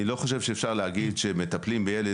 אני לא חושב שאפשר להגיד שמטפלים בילד